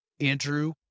Andrew